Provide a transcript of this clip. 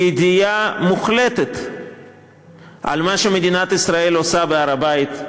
בידיעה מוחלטת של מה שמדינת ישראל עושה בהר-הבית,